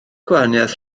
gwahaniaeth